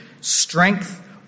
strength